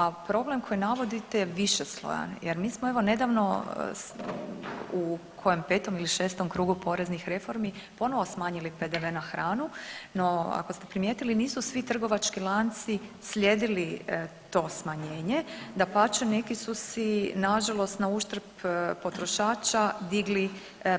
A problem koji navodite je višeslojan, jer mi smo evo nedavno u kojem petom ili šestom krugu poreznih reformi, ponovo smanjili PDV na hranu, no ako ste primijetili nisu svi trgovački lanci slijedili to smanjenje, dapače neki su si nažalost na uštrb potrošača digli